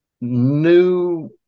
New